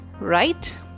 Right